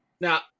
Now